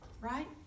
right